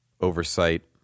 oversight